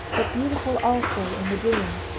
but beautiful also in the doing.